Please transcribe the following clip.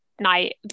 night